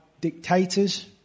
dictators